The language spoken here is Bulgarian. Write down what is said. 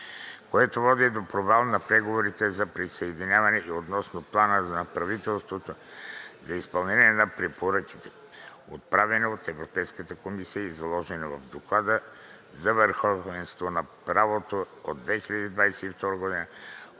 което води до провал на преговорите за присъединяване и относно плана на правителството за изпълнение на препоръките, отправени от Европейската комисия и заложени в Доклада за върховенството на правото за 2022 г.